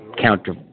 counter